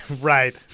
Right